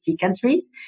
countries